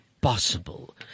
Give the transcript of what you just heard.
possible